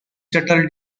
shuttle